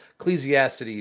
Ecclesiastes